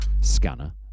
scanner